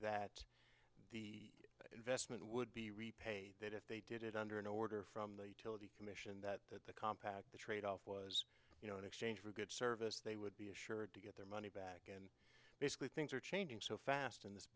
money that investment would be repaid that if they did it under an order from the utility commission that that the compact the tradeoff was you know in exchange for good service they would be assured to get their money back it basically things are changing so fast in this